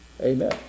Amen